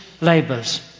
labours